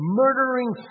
murdering